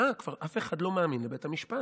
מה, כבר אף אחד לא מאמין לבית המשפט.